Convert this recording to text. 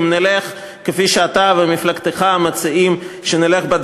אם נלך כפי שאתה ומפלגתך מציעים שנלך,